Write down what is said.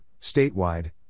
statewide